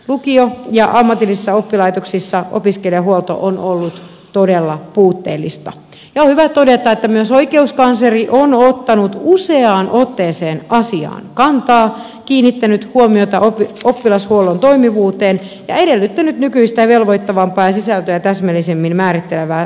lukioissa ja ammatillisissa oppilaitoksissa opiskelijahuolto on ollut todella puutteellista ja on hyvä todeta että myös oikeuskansleri on ottanut useaan otteeseen asiaan kantaa kiinnittänyt huomiota oppilashuollon toimivuuteen ja edellyttänyt nykyistä velvoittavampaa ja sisältöä täsmällisemmin määrittelevää säännöspohjaa